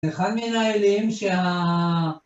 אחד מן האלים שה...